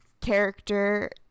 character